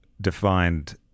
defined